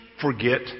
forget